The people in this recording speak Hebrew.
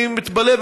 אני מתפלא,